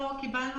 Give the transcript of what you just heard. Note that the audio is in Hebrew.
מה הבעיה?